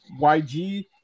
YG